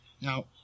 Now